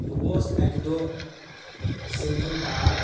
بہٕ گوٚوس اکہِ دۄہ سِنتھن ٹاپ